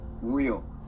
real